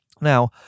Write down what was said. Now